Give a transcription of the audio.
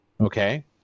Okay